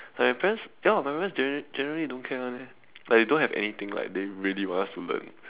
like my parents ya my parents general generally don't care [one] eh like they don't have anything like they really want us to learn